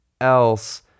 else